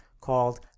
called